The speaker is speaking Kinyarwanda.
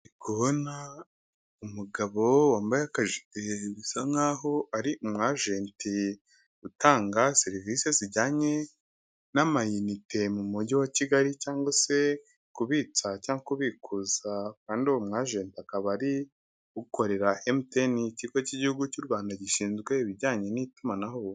Ndi kubona umugabo wambaye akajile bisa nkaho ari umwajenti, utanga serivisi zijyanye n'amayinite mu mujyi wa Kigali, cyangwa se kubitsa, cyangwa se kubikuza, kandi uwo mwajenti akaba ari ukorera MTN ikigo cy'Igihugu cy'u Rwanda gishinzwe ibijyanye n'itumanaho.